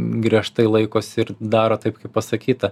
griežtai laikosi ir daro taip kaip pasakyta